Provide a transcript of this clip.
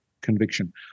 conviction